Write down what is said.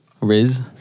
Riz